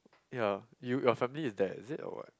ya you your family is there is it or what